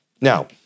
Now